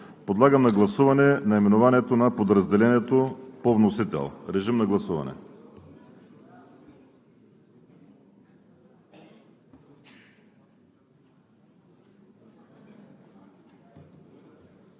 Подлагам на гласуване наименованието на подразделението по вносител. Гласували